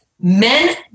men